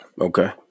Okay